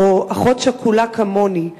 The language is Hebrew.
או אחות שכולה כמוני.